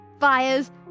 fires